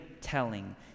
telling